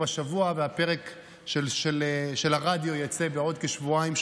השבוע והפרק של הרדיו יצא בעוד כשבועיים,